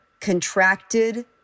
contracted